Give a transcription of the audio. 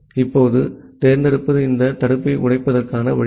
இப்போது தேர்ந்தெடுப்பது இந்த தடுப்பை உடைப்பதற்கான வழி ஆகும்